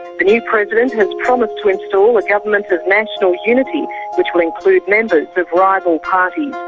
the new president has promised to install a government of national unity which will include members of rival parties.